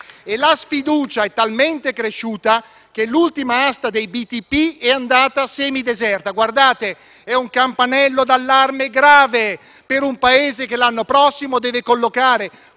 La sfiducia è talmente cresciuta che l'ultima asta dei BTP è andata semideserta. Guardate che è un campanello d'allarme grave per un Paese che l'anno prossimo deve collocare